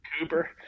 Cooper